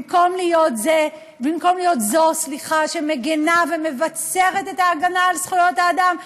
במקום להיות זו שמגינה ומבצרת את ההגנה על זכויות האדם,